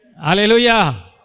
Hallelujah